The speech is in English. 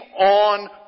on